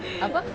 apa